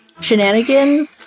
shenanigan